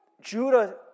Judah